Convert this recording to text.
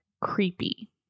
creepy